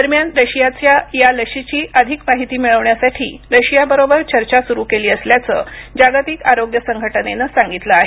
दरम्यान रशियाच्या या लशीची अधिक माहिती मिळविण्यासाठी रशियाबरोबर चर्चा सुरू केली असल्याचं जागतिक आरोग्य संघटनेनं सांगितलं आहे